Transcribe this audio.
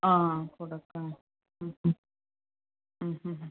ആ കൊടുക്കാം